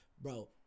bro